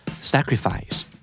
Sacrifice